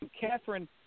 Catherine